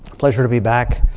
pleasure to be back.